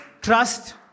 Trust